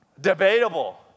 Debatable